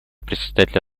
председателя